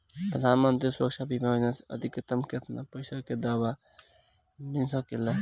प्रधानमंत्री सुरक्षा बीमा योजना मे अधिक्तम केतना पइसा के दवा मिल सके ला?